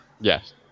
Yes